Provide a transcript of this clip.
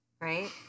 Right